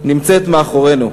נמצאת מאחורינו.